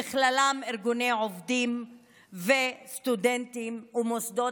ובכללם ארגוני עובדים וסטודנטים ומוסדות